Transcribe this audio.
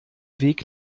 weg